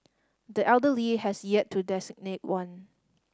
the elder Lee has yet to designate one